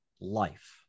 life